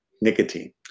nicotine